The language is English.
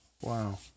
Wow